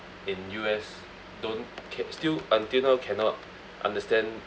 in U_S don't ca~ still until now cannot understand